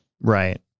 Right